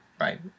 right